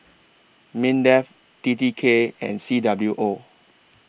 Mindef T T K and C W O